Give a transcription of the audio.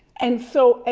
and so, ah